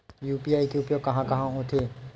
UPI के उपयोग कहां कहा होथे?